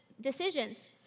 Decisions